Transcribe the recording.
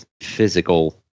physical